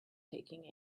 taking